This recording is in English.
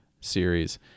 series